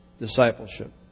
discipleship